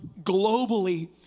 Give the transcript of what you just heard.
globally